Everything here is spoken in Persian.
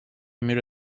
میره